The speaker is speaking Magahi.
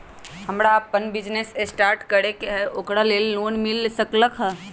हमरा अपन बिजनेस स्टार्ट करे के है ओकरा लेल लोन मिल सकलक ह?